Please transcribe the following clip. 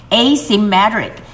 asymmetric